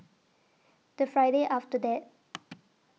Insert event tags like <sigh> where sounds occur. The Friday after that <noise>